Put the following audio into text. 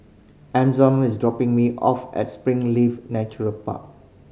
is dropping me off at Springleaf Natural Park